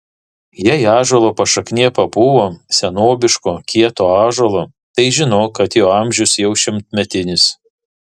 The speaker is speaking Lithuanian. jei ąžuolo pašaknė papuvo senobiško kieto ąžuolo tai žinok kad jo amžius jau šimtmetinis